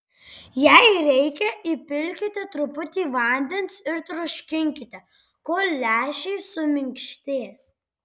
jei reikia įpilkite truputį vandens ir troškinkite kol lęšiai suminkštės